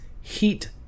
heat